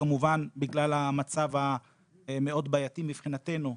וכמובן בגלל המצב המאוד בעייתי מבחינתנו,